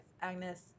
Agnes